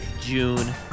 June